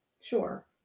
Sure